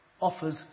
offers